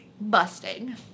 busting